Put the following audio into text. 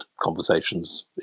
conversations